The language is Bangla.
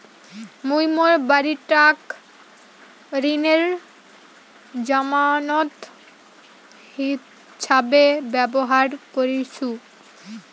মুই মোর বাড়িটাক ঋণের জামানত হিছাবে ব্যবহার করিসু